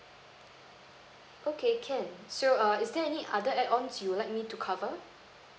okay can so err is there any other add ons you'd like me to cover